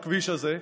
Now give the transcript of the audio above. בכביש הזה,